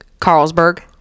Carlsberg